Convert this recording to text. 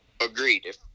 Agreed